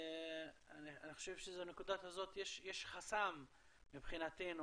אני חושב שבנקודה הזאת יש חסם מבחינתנו.